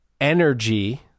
energy